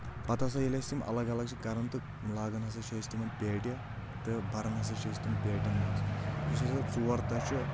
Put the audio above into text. پتہٕ ہسا ییٚلہِ أسۍ تِم الگ الگ چھِ کران تہٕ لاگان ہسا چھِ أسۍ تِمن پیٹہِ تہٕ بران ہسا چھِ أسۍ تِم پیٹؠن منٛز یُس ہسا ژور تاہہ چھُ